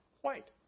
white